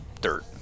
dirt